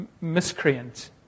miscreant